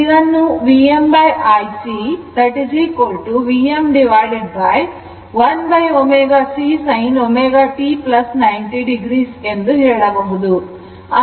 ಇದನ್ನುVmIC Vm1ω C sin ω t 90 o ಎಂದು ಹೇಳಬಹುದು